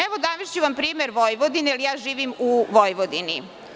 Evo, navešću vam primer Vojvodine, jer ja živim u Vojvodini.